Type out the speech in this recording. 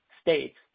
states